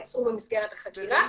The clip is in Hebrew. נעצרו במסגרת החקירה.